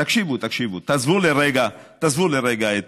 תקשיבו, תקשיבו, תעזבו לרגע את